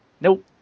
Nope